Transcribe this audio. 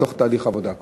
בתוך תהליך עבודה כבר.